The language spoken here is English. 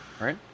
right